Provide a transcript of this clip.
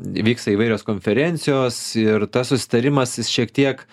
vyksta įvairios konferencijos ir tas susitarimas jis šiek tiek